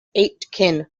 aitkin